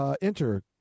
enter